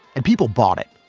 and people bought it.